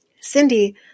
Cindy